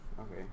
Okay